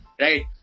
right